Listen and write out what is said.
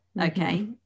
Okay